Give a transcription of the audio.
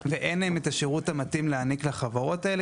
ואין להם את השירות המתאים להעניק לחברות האלה,